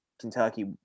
Kentucky